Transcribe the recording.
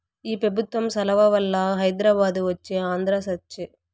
ఈ పెబుత్వం సలవవల్ల హైదరాబాదు వచ్చే ఆంధ్ర సచ్చె